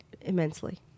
immensely